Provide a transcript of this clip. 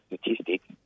statistics